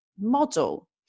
model